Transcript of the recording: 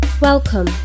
Welcome